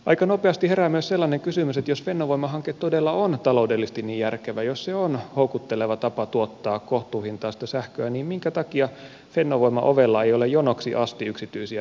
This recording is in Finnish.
aika nopeasti herää myös sellainen kysymys että jos fennovoima hanke todella on taloudellisesti niin järkevä jos se on houkutteleva tapa tuottaa kohtuuhintaista sähköä niin minkä takia fennovoiman ovella ei ole jonoksi asti yksityisiä sijoittajia